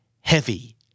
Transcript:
Heavy